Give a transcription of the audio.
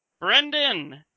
Brendan